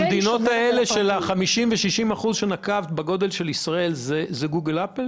במדינות בגודל של ישראל שאמרת